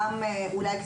אולי,